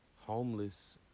Homeless